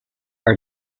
are